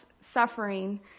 suffering